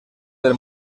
del